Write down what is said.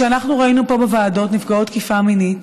אנחנו ראינו פה בוועדות נפגעות תקיפה מינית